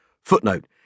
Footnote